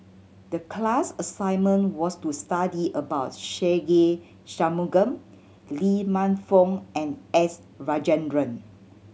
the class assignment was to study about Se Ve Shanmugam Lee Man Fong and S Rajendran